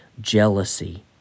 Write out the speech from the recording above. jealousy